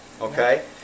Okay